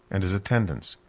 and his attendants.